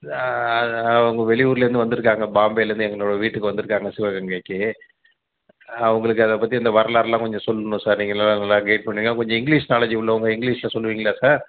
அவங்க வெளியூர்லருந்து வந்துயிருக்காங்க பாம்பேலருந்து எங்களோட வீட்டுக்கு வந்துயிருக்காங்க சிவகங்கைக்கு அவங்களுக்கு அதை பற்றி இந்த வரலாறுலான் கொஞ்சம் சொல்லணும் சார் நீங்கள் எல்லா நல்லா கைட் பண்ணுவீங்க கொஞ்சம் இங்கிலிஷ் நாலேஜ் உள்ளவங்க இங்கிலிஷில் சொல்லுவீங்களா சார்